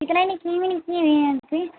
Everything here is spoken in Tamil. இதுலாம் இன்னிக்கு ஈவினிங்குள்ளே வேணும் எனக்கு